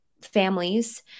families